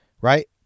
right